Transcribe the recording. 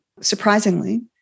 Surprisingly